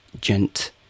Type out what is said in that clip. gent